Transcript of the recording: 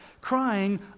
crying